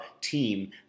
team